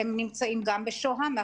הם נמצאים גם בשוהם,